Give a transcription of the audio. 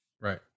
Right